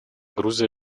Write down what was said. грузия